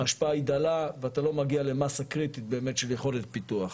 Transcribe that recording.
ההשפעה היא דלה ואתה לא מגיע למסה קריטית באמת של יכולת פיתוח.